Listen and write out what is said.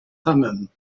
thummim